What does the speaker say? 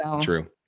true